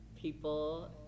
people